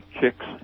chicks